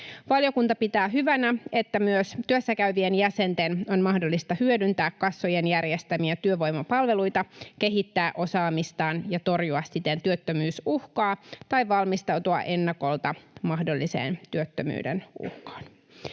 Valiokunta pitää hyvänä, että myös työssäkäyvien jäsenten on mahdollista hyödyntää kassojen järjestämiä työvoimapalveluita, kehittää osaamistaan ja torjua siten työttömyysuhkaa tai valmistautua ennakolta mahdolliseen työttömyyden uhkaan.